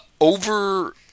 over